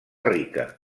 rica